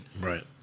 Right